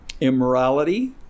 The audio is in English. Immorality